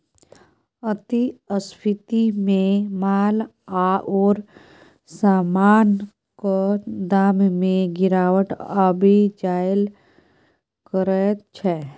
अति स्फीतीमे माल आओर समानक दाममे गिरावट आबि जाएल करैत छै